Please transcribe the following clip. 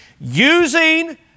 using